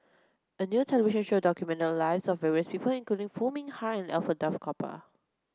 a new television show documented the lives of various people including Foo Mee Har and Alfred Duff Cooper